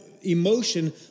emotion